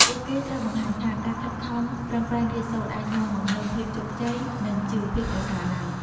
ពួកគេត្រូវបង្ហាញថា ការខិតខំប្រឹងប្រែងរៀនសូត្រអាចនាំមកនូវភាពជោគជ័យ និងជីវភាពប្រសើរឡើង។